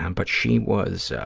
um but she was,